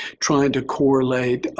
trying to correlate